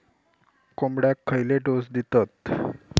कोंबड्यांक खयले डोस दितत?